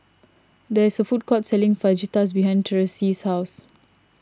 there's a food court selling Fajitas behind Tyreese's house